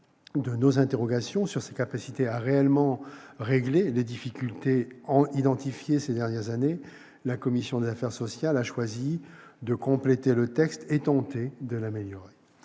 de ses interrogations sur la capacité d'une telle réforme à réellement régler les difficultés identifiées ces dernières années, la commission des affaires sociales a choisi de compléter le texte et tenté de l'améliorer.